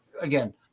again